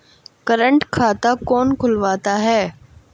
Current खाता कौन खुलवाता है?